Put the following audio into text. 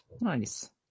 Nice